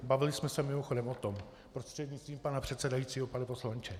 Bavili jsme se, mimochodem, o tom, prostřednictvím pana předsedajícího, pane poslanče.